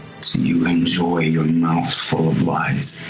you enjoy your mouthful of lies,